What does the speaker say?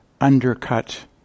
undercut